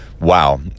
Wow